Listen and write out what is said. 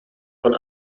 von